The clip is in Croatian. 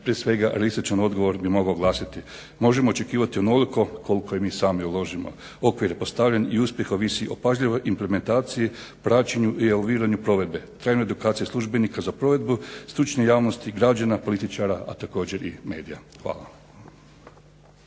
sustava, prije svega … bi mogao glasiti možemo očekivati onoliko koliko i mi sami uložimo. Okvir je postavljen i uspjeh ovisi o pažljivoj implementaciji praćenju i evoluiranju provedbe, trajnoj edukaciji službenika za provedbu, stručne javnosti, građana, političara a također i medija. Hvala